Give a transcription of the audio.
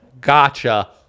Gotcha